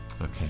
Okay